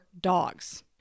dogs